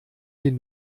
den